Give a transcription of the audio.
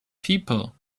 people